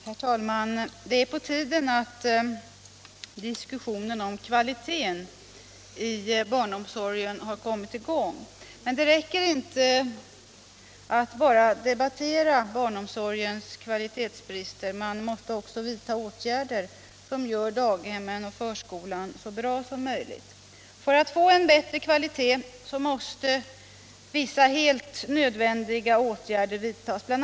Herr talman! Det är på tiden att diskussionen om kvaliteten i barnomsorgen har kommit i gång. Men det räcker inte att bara debattera barnomsorgens kvalitetsbrister, man måste också vidta åtgärder som gör daghemmen och förskolan så bra som möjligt. För att få en bättre kvalitet måste vissa helt nödvändiga åtgärder vidtas. Bl.